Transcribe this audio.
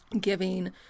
giving